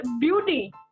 beauty